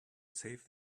save